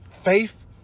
faith